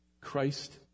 Christ